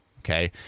okay